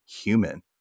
human